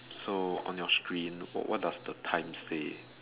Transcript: so on your screen what does the time say